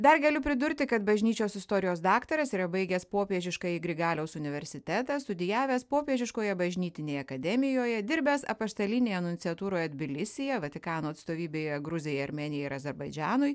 dar galiu pridurti kad bažnyčios istorijos daktaras yra baigęs popiežiškąjį grigaliaus universitetą studijavęs popiežiškoje bažnytinėje akademijoje dirbęs apaštalinėje nunciatūroje tbilisyje vatikano atstovybėje gruzijai armėnijai ir azerbaidžanui